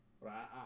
right